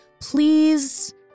please